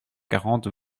quarante